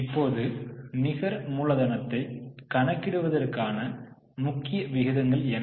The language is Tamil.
இப்போது நிகர மூலதனத்தை கணக்கிடுவதற்கான முக்கிய விகிதங்கள் என்ன